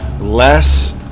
less